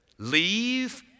Leave